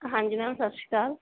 ਹਾਂਜੀ ਮੈਮ ਸਤਿ ਸ਼੍ਰੀ ਅਕਾਲ